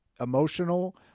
emotional